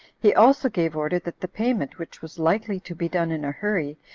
he also gave order that the payment, which was likely to be done in a hurry,